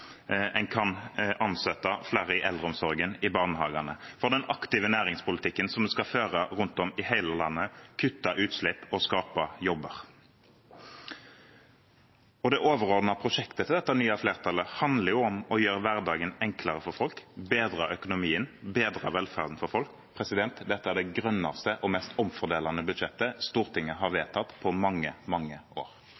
en kan ansette flere i eldreomsorgen, i barnehagene – og med tanke på den aktive næringspolitikken en skal føre rundt om i hele landet, der en skal kutte utslipp og skape jobber. Det overordnede prosjektet til dette nye flertallet handler om å gjøre hverdagen enklere for folk, bedre økonomien, bedre velferden for folk. Dette er det grønneste og mest omfordelende budsjettet Stortinget har